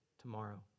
tomorrow